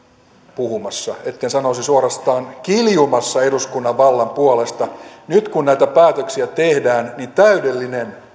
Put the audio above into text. puhumassa etten sanoisi suorastaan kiljumassa eduskunnan vallan puolesta nyt kun näitä päätöksiä tehdään on täydellinen